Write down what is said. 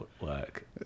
work